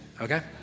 okay